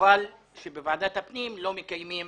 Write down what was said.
חבל שבוועדת הפנים לא מקיימים